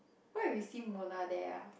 what if we see Mona there ah